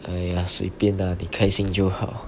!aiya! 随便 lah 你开心就好